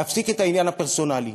להפסיק את העניין הפרסונלי.